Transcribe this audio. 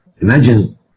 Imagine